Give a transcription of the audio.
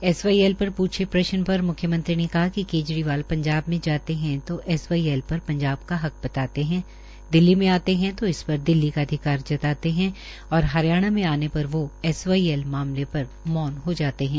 SYL पर प्छे प्रशन पर म्ख्यमंत्री ने कहा कि केजरीवाल पंजाब में जाते हैं तो एसवाईएल पर पंजाब का हक बताते हैं दिल्ली में आते हैं तो इस पर दिल्ली का अधिकार जताते हैं और हरियाणा में आने पर एसवाईएल के मामले पर मौन हो जाते है